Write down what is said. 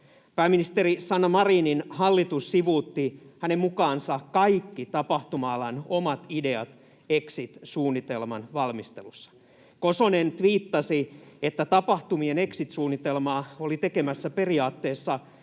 Pääministeri Sanna Marinin hallitus sivuutti hänen mukaansa kaikki tapahtuma-alan omat ideat exit-suunnitelman valmistelussa. Kosonen tviittasi, että tapahtumien exit-suunnitelmaa oli tekemässä periaatteessa